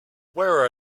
where